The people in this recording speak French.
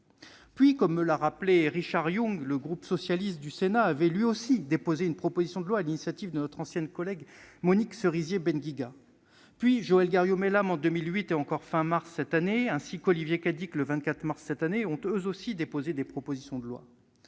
Comme me l'a rappelé Richard Yung, le groupe socialiste du Sénat avait lui aussi déposé une proposition de loi, sur l'initiative de notre ancienne collègue Monique Cerisier-ben Guiga. Joëlle Garriaud-Maylam en 2008 et encore à la fin du mois de mars cette année, ainsi qu'Olivier Cadic le 24 mars dernier, ont eux aussi déposé des propositions de loi.